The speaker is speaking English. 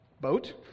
boat